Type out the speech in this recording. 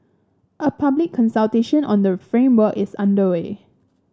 a public consultation on the framework is underway